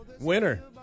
Winner